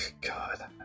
God